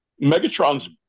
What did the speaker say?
Megatron's